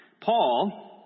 Paul